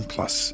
Plus